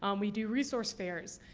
um we do resource fairs.